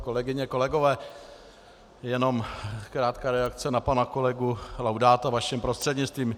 Kolegyně, kolegové, jenom krátká reakce na pana kolegu Laudáta vaším prostřednictvím.